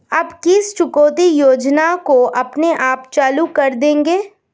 आप किस चुकौती योजना को अपने आप चालू कर देंगे?